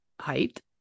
height